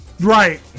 Right